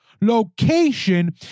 location